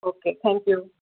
okay thank you